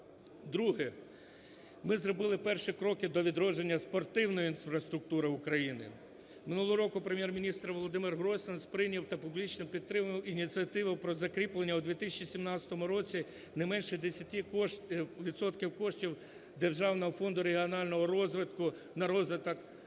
Друге. Ми зробили перші кроки до відродження спортивної інфраструктури України. Минулого року Прем'єр-міністр Володимир Гройсман сприйняв та публічно підтримав ініціативу про закріплення у 2017 році не менше 10 відсотків коштів Державного фонду регіонального розвитку на розвиток